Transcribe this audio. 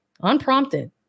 Unprompted